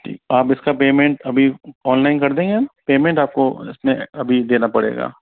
ठीक आप इसका पेमेंट अभी ऑनलाइन कर देंगे पेमेंट आपको इसमें अभी देना पड़ेगा